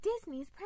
disney's